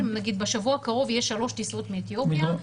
לדוגמה, בשבוע הקרוב יש שלוש טיסות מאתיופיה.